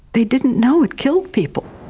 they didn't know it killed people.